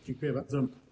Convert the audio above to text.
Dziękuję bardzo.